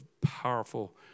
powerful